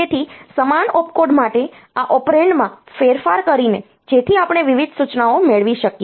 તેથી સમાન ઓપકોડ માટે આ ઓપરેન્ડમાં ફેરફાર કરીને જેથી આપણે વિવિધ સૂચનાઓ મેળવી શકીએ